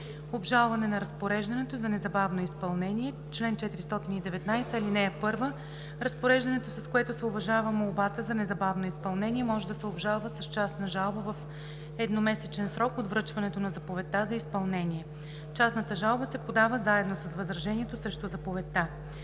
„Обжалване на разпореждането за незабавно изпълнение Чл. 419. (1) Разпореждането, с което се уважава молбата за незабавно изпълнение, може да се обжалва с частна жалба в едномесечен срок от връчването на заповедта за изпълнение. Частната жалба се подава заедно с възражението срещу заповедта.